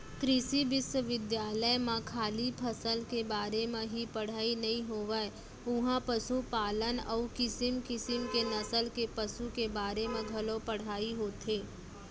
कृषि बिस्वबिद्यालय म खाली फसल के बारे म ही पड़हई नइ होवय उहॉं पसुपालन अउ किसम किसम के नसल के पसु के बारे म घलौ पढ़ाई होथे